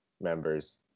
members